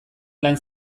lan